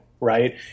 right